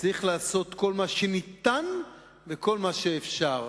צריך לעשות כל מה שניתן וכל מה שאפשר,